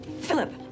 Philip